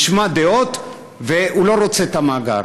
ישמע דעות והוא לא ירצה את המאגר?